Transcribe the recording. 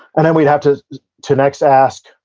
and then we have to to next ask,